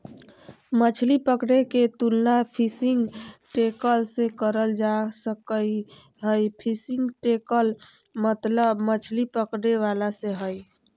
मछली पकड़े के तुलना फिशिंग टैकल से करल जा सक हई, फिशिंग टैकल मतलब मछली पकड़े वाला से हई